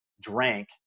drank